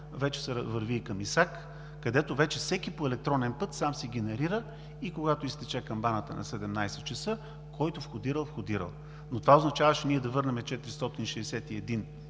вече се върви и към ИСАК, където вече всеки по електронен път сам си генерира и когато бие камбаната на 17,00 ч., който входирал, входирал, но това означаваше ние да върнем 461